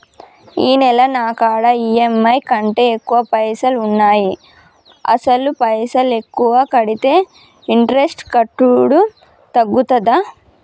ఈ నెల నా కాడా ఈ.ఎమ్.ఐ కంటే ఎక్కువ పైసల్ ఉన్నాయి అసలు పైసల్ ఎక్కువ కడితే ఇంట్రెస్ట్ కట్టుడు తగ్గుతదా?